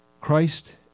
Christ